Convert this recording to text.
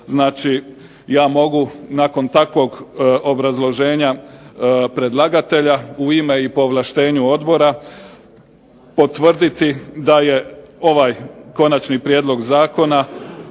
Znači ja mogu nakon takvog obrazloženja predlagatelje u ime i po ovlaštenju odbora potvrditi da je ovaj konačni prijedlog zakona